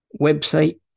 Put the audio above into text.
website